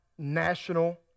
national